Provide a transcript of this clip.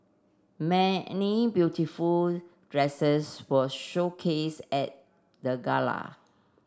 many beautiful dresses were showcased at the gala